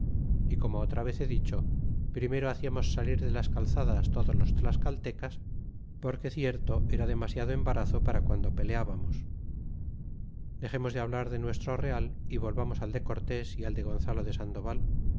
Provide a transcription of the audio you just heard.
y como otra vez he dicho primero haciamos salir de las calzadas todos los tlascaltecas porque cierto era demasiado embarazo para guando peleábamos dexemos de hablar de nuestro real y volvamos al de cortes y al de gonzalo de sandoval